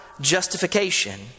justification